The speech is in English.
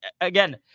again